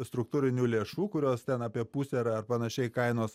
struktūrinių lėšų kurios ten apie pusę ar panašiai kainos